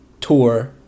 tour